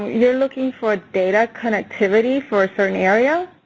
you're looking for data connectivity for a certain area.